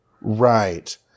Right